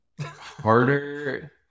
harder